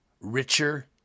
richer